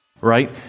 right